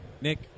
nick